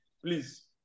please